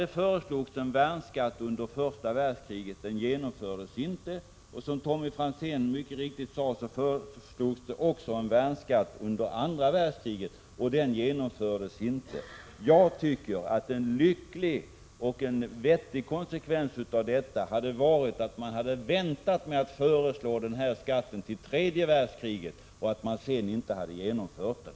Det föreslogs en värnskatt under första världskriget. Den genomfördes inte. Som Tommy Franzén mycket riktigt sade föreslogs också en värnskatt under andra världskriget. Den genomfördes inte heller. En lycklig och vettig konsekvens av detta hade varit att man väntat med att föreslå denna skatt till tredje världskriget och sedan inte genomfört den.